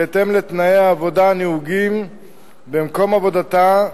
בהתאם לתנאי העבודה הנהוגים במקום עבודתה,